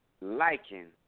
liking